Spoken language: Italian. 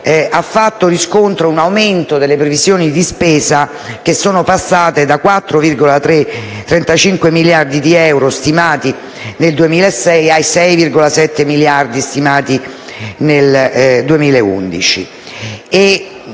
ha fatto riscontro un aumento delle previsioni di spesa, che sono passate dai 4,35 miliardi di euro, stimati nel 2006, ai 6,7 miliardi di euro stimati nel 2011.